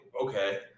Okay